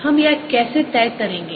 हम यह कैसे तय करेंगे